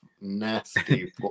nasty